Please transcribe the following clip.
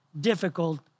difficult